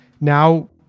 now